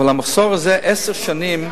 אבל המחסור הזה הוא עשר שנים.